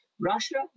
Russia